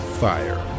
fire